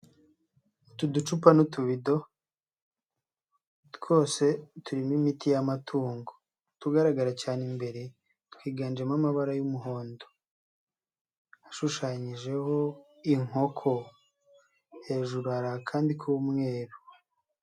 Utu ducupa n'utubido twose turimo imiti y'amatungo. Utugaragara cyane imbere twiganjemo amabara y'umuhondo, ashushanyijeho inkoko. Hejuru hari akandi k'umweru.